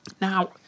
Now